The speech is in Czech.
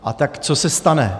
A tak co se stane?